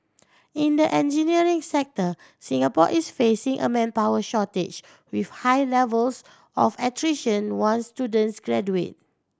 in the engineering sector Singapore is facing a manpower shortage with high levels of attrition once students graduate